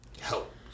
help